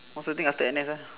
what's the thing after N_S ah